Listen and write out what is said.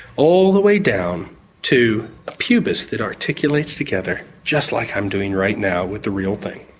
all the way down to a pubis that articulates together just like i'm doing right now with the real thing.